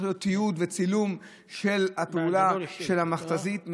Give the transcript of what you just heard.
להיות יותר תיעוד וצילום של הפעולה של המכת"זית.